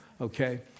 Okay